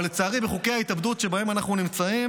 אבל לצערי בחוקי ההתאבדות שבהם אנחנו נמצאים